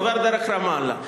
עובר דרך רמאללה.